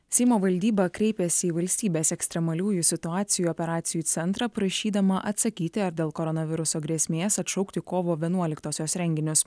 seimo valdyba kreipėsi į valstybės ekstremaliųjų situacijų operacijų centrą prašydama atsakyti ar dėl koronaviruso grėsmės atšaukti kovo vienuoliktosios renginius